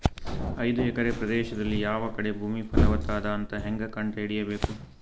ಐದು ಎಕರೆ ಪ್ರದೇಶದಲ್ಲಿ ಯಾವ ಕಡೆ ಭೂಮಿ ಫಲವತ ಅದ ಅಂತ ಹೇಂಗ ಕಂಡ ಹಿಡಿಯಬೇಕು?